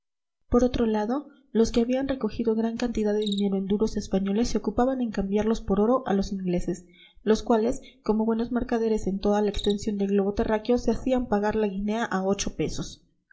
por otro lado los que habían recogido gran cantidad de dinero en duros españoles se ocupaban en cambiarlos por oro a los ingleses los cuales como buenos mercaderes en toda la extensión del globo terráqueo se hacían pagar la guinea a ocho pesos